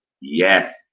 yes